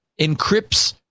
encrypts